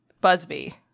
Busby